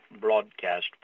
broadcast